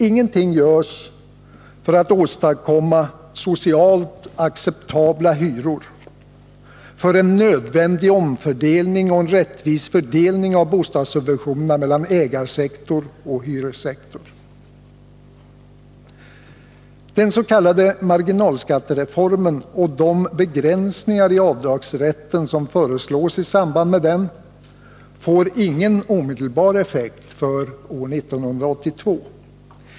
Ingenting görs för att åstadkomma socialt acceptabla hyror, för att få till stånd en nödvändig omfördelning och en rättvis fördelning av bostadssubventionerna mellan ägarsektor och hyressektor. Den s.k. marginalskattereformen och de begränsningar i avdragsrätten som föreslås i samband med den får ingen omedelbar effekt för år 1982.